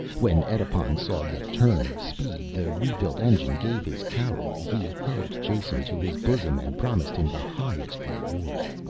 when edipon saw the turn of speed the rebuilt engine gave his caroj he hugged jason to his bosom and promised him the highest reward.